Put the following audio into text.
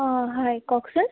অঁ হয় কওকচোন